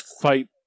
fight